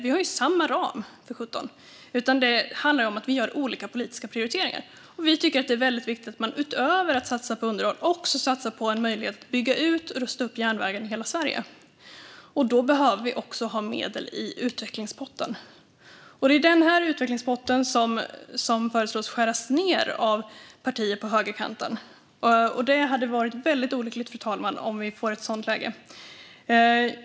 Vi har ju samma ram, för sjutton. Det handlar om att vi gör olika politiska prioriteringar. Vi tycker att det är viktigt att man utöver att satsa på underhåll också satsar på en möjlighet att bygga ut och rusta upp järnvägen i hela Sverige. Då behöver vi ha medel i utvecklingspotten. Det är denna pott som partier på högerkanten föreslår ska skäras ned. Det vore väldigt olyckligt, fru talman, om vi får ett sådant läge.